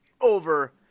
over